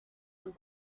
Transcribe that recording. und